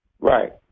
Right